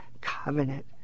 covenant